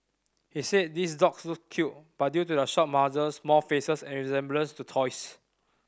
he said these dogs look cute but due to their short muzzles small faces and resemblance to toys